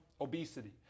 obesity